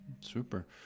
Super